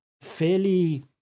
fairly